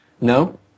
No